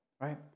right